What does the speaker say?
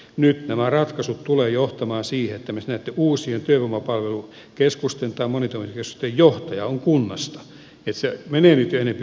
nyt nämä ratkaisut tulevat johtamaan siihen että esimerkiksi näitten uusien työvoiman palvelukeskusten tai monitoimikeskusten johtaja on kunnasta eli se menee nyt jo enempi kuntavetoiseen suuntaan